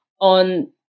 on